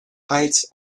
heights